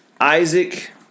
Isaac